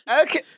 Okay